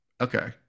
Okay